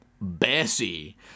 Bessie